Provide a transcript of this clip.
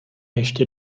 ještě